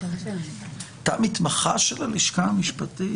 היית מתמחה בלשכה המשפטית.